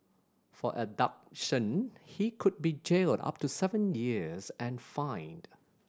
for abduction he could be jailed up to seven years and fined